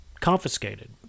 confiscated